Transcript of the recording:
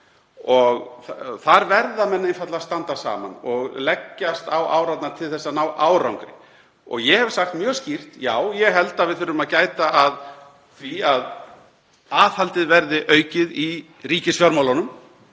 Þar verða menn einfaldlega að standa saman og leggjast á árarnar til að ná árangri. Ég hef sagt mjög skýrt: Já, ég held að við þurfum að gæta að því að aðhaldið verði aukið í ríkisfjármálunum.